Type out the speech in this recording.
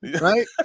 right